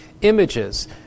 Images